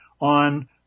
on